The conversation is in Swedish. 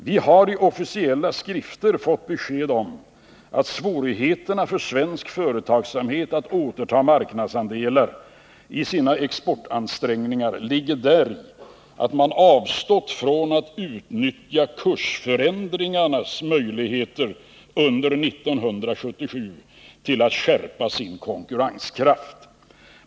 Vi har i officiella skrifter fått besked om att svårigheterna för svensk företagsamhet att återta marknadsandelar i sina exportansträngningar ligger däri att man avstått från att utnyttja kursförändringarnas möjligheter under 1977 till att skärpa sin konkurrenskraft.